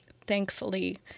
thankfully